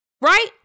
Right